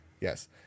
Yes